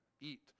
eat